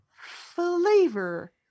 flavor